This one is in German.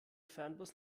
fernbus